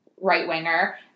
right-winger